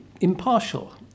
impartial